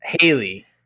Haley